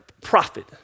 profit